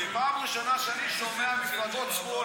פעם ראשונה שאני שומע שמפלגות שמאל,